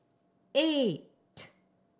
eight